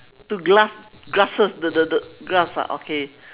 to glass grasses the the the grass ah okay